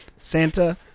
Santa